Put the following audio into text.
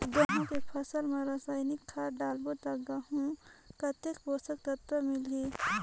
गंहू के फसल मा रसायनिक खाद डालबो ता गंहू कतेक पोषक तत्व मिलही?